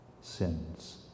sins